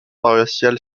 paroissiale